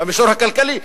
במישור הכלכלי,